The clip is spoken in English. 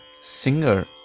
singer